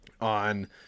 on